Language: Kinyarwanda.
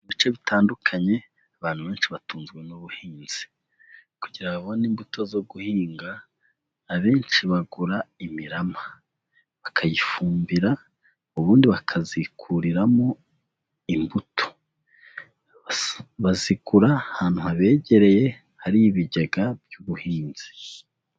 Mu bice bitandukanye abantu benshi batunzwe n'ubuhinzi, kugira babone imbuto zo guhinga abenshi bagura imirama, bakayifumbira ubundi bakazikuriramo imbuto, bazigura ahantu habegereye hari ibigega by'ubuhinzi.